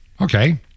Okay